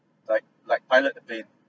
like like pilot the plane